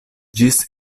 ĝis